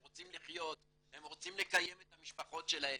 הם רוצים לחיות והם רוצים לקיים את המשפחות שלהם,